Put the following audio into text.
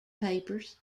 papers